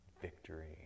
Victory